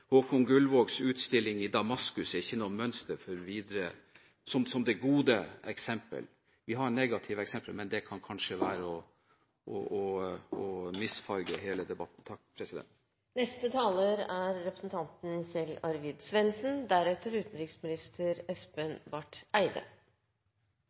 Håkon Gullvågs utstilling i Damaskus er ikke noe mønster for det gode eksempel. Vi har negative eksempler, men det kan kanskje være å misfarge hele debatten.